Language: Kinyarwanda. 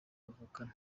bavukana